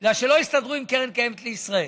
כי לא הסתדרו עם קרן קיימת לישראל.